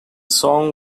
song